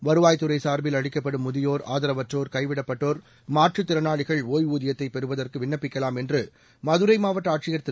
வருவாய்த் துறை சார்பில் அளிக்கப்படும் முதியோர் ஆதரவற்றோர் கைவிடப்பட்டோர் மாற்றுத் திறனாளிகள் ஒய்வூதியத்தை பெறுவதற்கு விண்ணப்பிக்கலாம் என்று மதுரை மாவட்ட ஆட்சியர் திரு